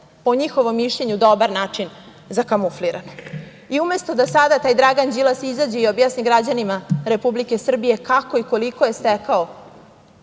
po njihovom mišljenju dobar način zakamuflirano. Umesto da sada taj Dragan Đilas izađe i objasni građanima Republike Srbije kako i koliko je stekao